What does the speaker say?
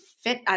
fit